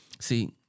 See